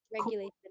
regulated